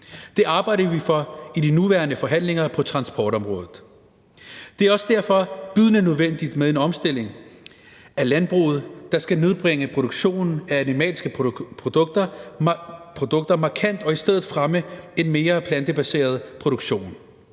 Det arbejder vi for i de nuværende forhandlinger på transportområdet. Det er også derfor bydende nødvendigt med en omstilling af landbruget, der skal nedbringe produktionen af animalske produkter markant og i stedet fremme en mere plantebaseret produktion.